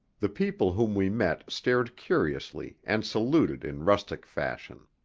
the people whom we met stared curiously and saluted in rustic fashion.